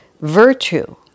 virtue